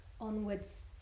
onwards